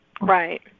Right